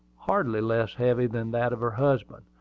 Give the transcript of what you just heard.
hardly less heavy than that of her husband.